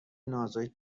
نازک